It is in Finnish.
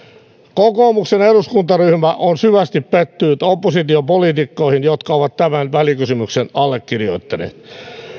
kokoomuksen eduskuntaryhmä on syvästi pettynyt oppositiopoliitikkoihin jotka ovat tämän välikysymyksen allekirjoittaneet